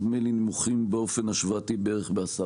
נדמה לי שהנתונים נמוכים באופן השוואתי בכ-10%,